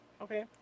Okay